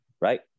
right